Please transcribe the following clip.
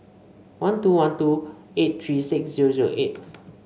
one two one two eight three six zero zero eight